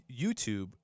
youtube